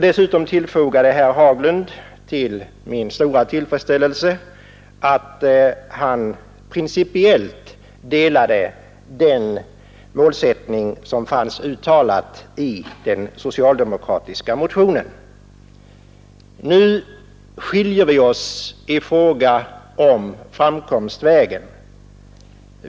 Dessutom tillfogade herr Haglund till min stora tillfredsställelse att han principiellt delade den målsättning som fanns uttalad i den socialdemokratiska motionen. Nu skiljer vi båda oss mellertid i fråga om framkomstvägen.